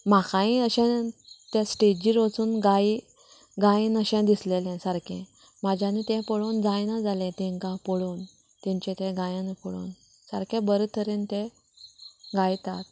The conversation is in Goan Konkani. म्हाकाय अशें त्या स्टेजीर वसून गायी गायीन अशें दिसलेंलें सारकें म्हाज्यान तें पळोवन जायना जालें तेंकां पळोवन तेंचें तें गायन पळोवन सारके बरें तरेन ते गायतात